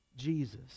Jesus